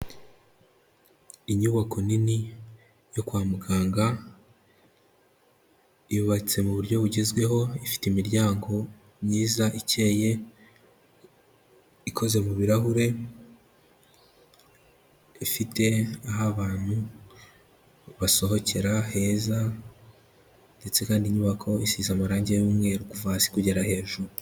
Inyubako nini yo kwa muganga yubatse mu buryo bugezweho, ifite imiryango myiza ikeye, ikoze mu birahure, ifite aho abantu basohokera heza ndetse kandi inyubako isize amarangi y'umweru kuva hasi kugera hejuru.